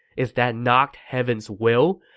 is that not heaven's will?